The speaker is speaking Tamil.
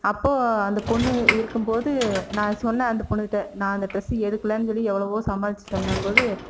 அப்போது அந்த பொண்ணு இருக்கும்போது நான் சொன்னேன் அந்த பொண்ணுகிட்டே அந்த ட்ரெஸ்ஸை எடுக்கலைன்னு சொல்லி எவ்வளவோ சமாளித்து சொன்னம்போது